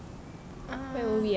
um